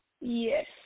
Yes